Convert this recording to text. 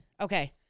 Okay